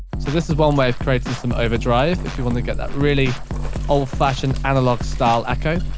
so this is one way of creating some overdrive. if you're wanting to get that really old fashioned analogue style